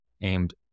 aimed